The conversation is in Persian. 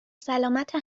سلامت